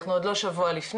אנחנו עוד לא שבוע לפני,